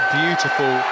beautiful